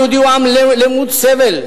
העם היהודי הוא עם למוד סבל,